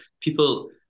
people